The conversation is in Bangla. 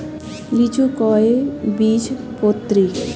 লিচু কয় বীজপত্রী?